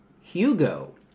Hugo